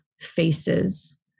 faces